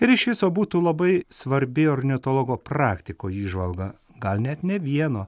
ir iš viso būtų labai svarbi ornitologo praktiko įžvalga gal net nė vieno